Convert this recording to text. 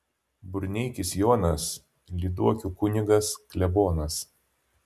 burneikis jonas lyduokių kunigas klebonas